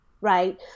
right